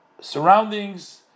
surroundings